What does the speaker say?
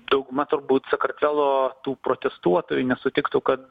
dauguma turbūt sakartvelo tų protestuotojų nesutiktų kad